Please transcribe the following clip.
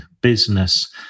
business